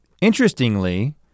interestingly